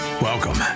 Welcome